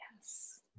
Yes